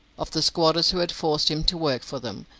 of the squatters who had forced him to work for them,